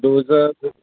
dose